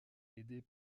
aidée